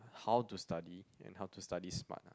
how to study and how to study smart